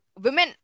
Women